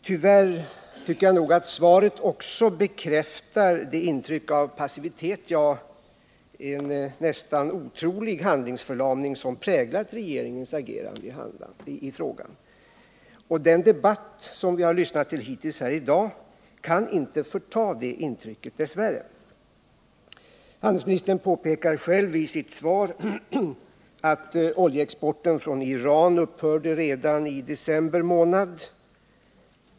Tyvärr tycker jag nog att svaret också bekräftar det intryck av passivitet, ja, nästan otrolig handlingsförlamning, som präglat regeringens agerande i frågan! Handelsministern påpekar själv i sitt svar att oljeexporten från Iran upphörde redan i december månad.